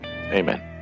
Amen